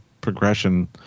progression